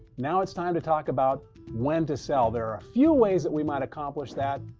now it's time to talk about when to sell. there are a few ways that we might accomplish that.